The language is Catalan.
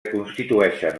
constituïxen